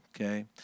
okay